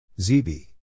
ZB